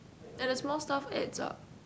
and the small stuff adds up